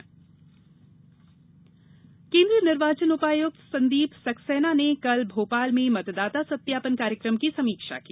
मतदाता सत्यापन केन्द्रीय निर्वाचन उपायुक्त संदीप सक्सेना ने कल भोपाल में मतदाता सत्यापन कार्यक्रम की समीक्षा की